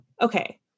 Okay